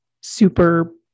super